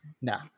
No